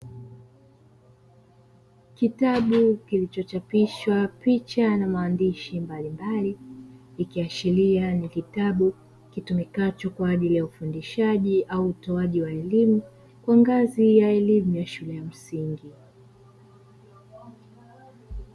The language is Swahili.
Kitabu kilichochapishwa picha na maandishi mbalimbali, ikiashiria ni kitabu kitumikacho kwa ajili ya ufundishaji au utoaji wa elimu, kwa ngazi ya elimu ya shule ya msingi.